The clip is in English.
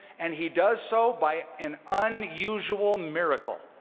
and he does so by an unusual miracle.